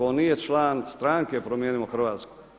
On nije član stranke Promijenimo Hrvatsku.